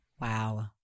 wow